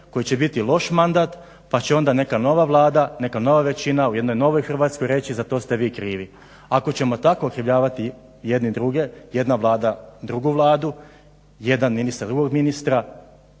koji će biti loš mandat pa će onda neka nova vlada neka nova većina u jednoj novoj Hrvatskoj reći za to ste vi krivi. Ako ćemo tako okrivljavati jedni druge, jedna Vlada drugu vladu jedan ministar, drugog ministra,